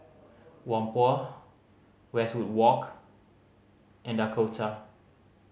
Whampoa Westwood Walk and Dakota